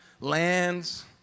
lands